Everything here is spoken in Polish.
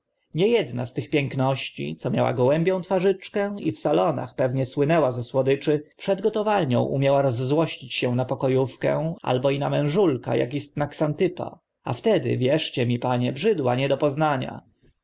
edna z tych piękności co miała gołębią twarzyczkę i w salonach pewnie słynęła ze słodyczy przed gotowalnią umiała rozzłościć się na poko ówkę albo i na mężulka ak istna ksantypa a wtedy wierzcie mi panie brzydła nie do poznania